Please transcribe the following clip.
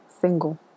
single